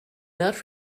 not